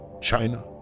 China